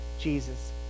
Jesus